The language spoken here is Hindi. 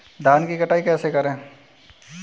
धान की कटाई कैसे करें?